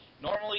Normally